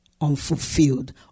unfulfilled